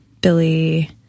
Billy